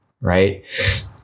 right